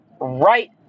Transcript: right